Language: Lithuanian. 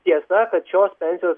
tiesa kad šios pensijos